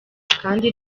kandi